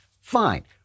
Fine